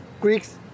Greeks